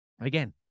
again